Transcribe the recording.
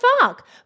fuck